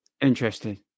Interesting